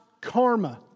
karma